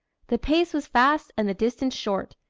the pace was fast and the distance short.